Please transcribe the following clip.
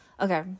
Okay